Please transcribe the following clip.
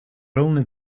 only